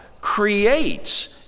creates